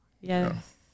Yes